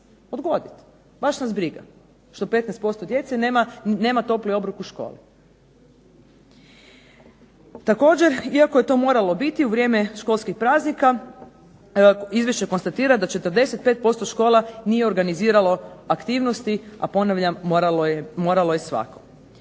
odgoditi, baš nas briga što 15% djece nema topli obrok u školi. Također, iako je to moralo biti u vrijeme školskih praznika izvješće konstatira da 45% škola nije organiziralo aktivnosti a moralo je svako.